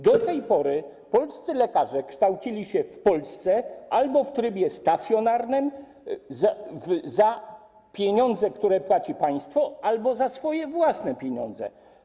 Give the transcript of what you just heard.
Do tej pory polscy lekarze kształcili się w Polsce albo w trybie stacjonarnym, za pieniądze, które płaci państwo, albo za swoje własne pieniądze.